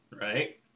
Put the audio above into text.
Right